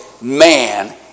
man